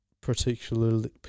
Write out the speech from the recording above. particularly